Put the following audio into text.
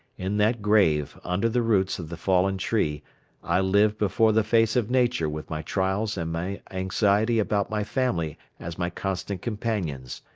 in that grave under the roots of the fallen tree i lived before the face of nature with my trials and my anxiety about my family as my constant companions,